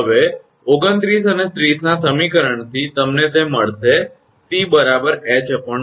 હવે 29 અને 30 ના સમીકરણથી તમને તે મળશે 𝑐 𝐻𝑊